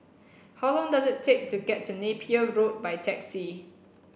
how long does it take to get to Napier Road by taxi